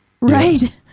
Right